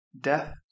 Death